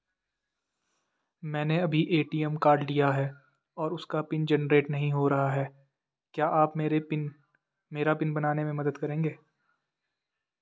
मैंने अभी ATM card लिया है और उसका पिन जेनरेट नहीं हो रहा है क्या आप मेरा पिन बनाने में मदद करेंगे?